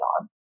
on